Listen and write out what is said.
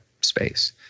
space